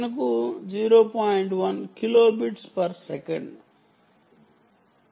1 kilobits per second